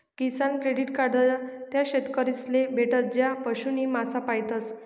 किसान credit card त्या शेतकरीस ले भेटस ज्या पशु नी मासा पायतस